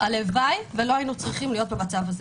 הלוואי שלא היינו צריכים להיות במצב הזה.